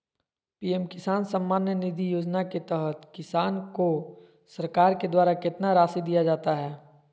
PM Kisan Samman Nidhi योजना के तहत किसान को सरकार के द्वारा कितना रासि दिया जाता है?